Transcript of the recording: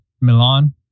Milan